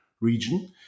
region